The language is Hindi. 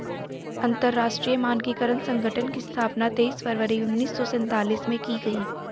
अंतरराष्ट्रीय मानकीकरण संगठन की स्थापना तेईस फरवरी उन्नीस सौ सेंतालीस में की गई